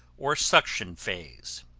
or suction, phase.